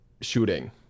shooting